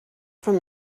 from